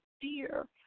fear